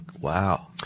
wow